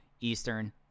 Eastern